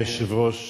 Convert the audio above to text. אדוני היושב-ראש,